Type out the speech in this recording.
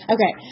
Okay